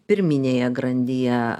pirminėje grandyje